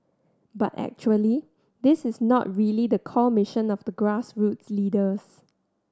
but actually this is not really the core mission of the grassroots leaders